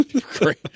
great